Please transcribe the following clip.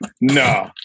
no